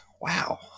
wow